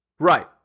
Right